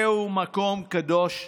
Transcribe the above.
זהו מקום קדוש ליהודים.